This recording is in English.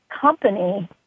company